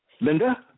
Linda